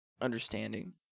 understanding